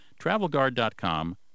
travelguard.com